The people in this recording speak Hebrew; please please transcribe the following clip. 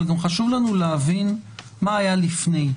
אבל גם חשוב לנו להבין מה היה לפני,